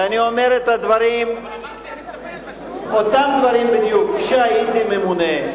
ואני אומר את אותם דברים בדיוק כשהייתי ממונה,